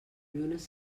llunes